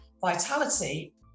vitality